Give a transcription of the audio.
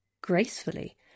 gracefully